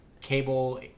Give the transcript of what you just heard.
cable